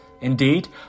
Indeed